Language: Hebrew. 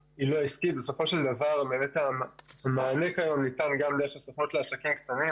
בסופו של דבר המענה --- הסוכנות לעסקים קטנים.